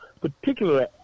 particularly